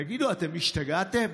תגידו, אתם השתגעתם?